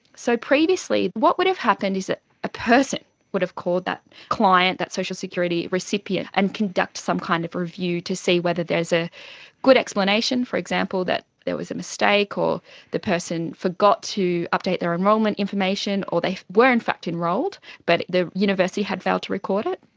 so previously what would have happened is that a person would have called that client, that social security recipient, and conduct some kind of review to see whether there is a good explanation, for example, that there was a mistake or the person forgot to update their enrolment information or they were in fact enrolled but the university had failed to record it,